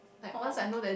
oh